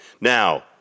Now